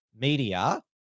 media